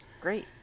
Great